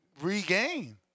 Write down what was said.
regain